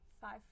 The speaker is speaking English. Five